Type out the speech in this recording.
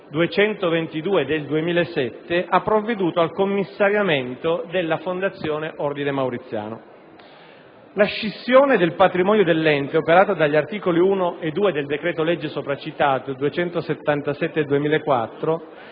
legge n. 222 del 2007, ha provveduto al commissariamento della fondazione Ordine Mauriziano. La scissione del patrimonio dell'ente, operata dagli articoli 1 e 2 del citato decreto-legge n. 277 del 2004